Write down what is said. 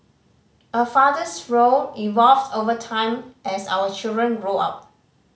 a father's role evolves over time as our children grow up